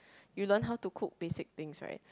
you learnt how to cook basic things right